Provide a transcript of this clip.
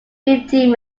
fifteen